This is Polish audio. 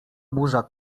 burza